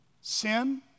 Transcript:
Sin